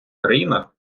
країнах